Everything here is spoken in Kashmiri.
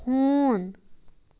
ہوٗن